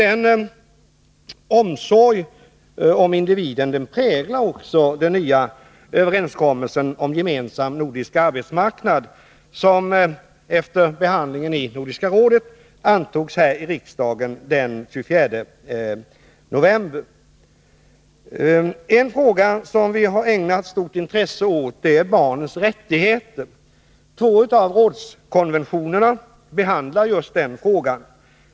Denna omsorg om individen präglar också den nya överenskommelsen om gemensam nordisk arbetsmarknad, som efter behandlingen i Nordiska rådet Den fråga som vi har ägnat stort intresse åt är barnens rättigheter. Två av rådsrekommendationerna behandlar just den frågan.